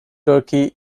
turkey